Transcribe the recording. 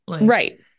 Right